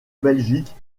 belgique